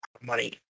money